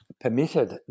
permitted